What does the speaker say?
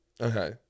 Okay